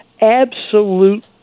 Absolute